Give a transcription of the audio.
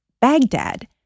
Baghdad